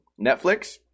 Netflix